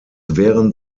während